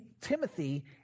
Timothy